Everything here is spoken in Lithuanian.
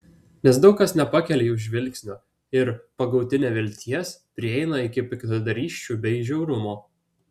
nes daug kas nepakelia jų žvilgsnio ir pagauti nevilties prieina iki piktadarysčių bei žiaurumo